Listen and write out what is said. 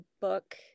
book